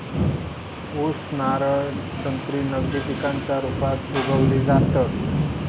ऊस, नारळ, संत्री नगदी पिकांच्या रुपात उगवली जातत